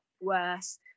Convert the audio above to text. worse